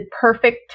perfect